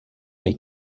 les